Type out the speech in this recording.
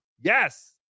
yes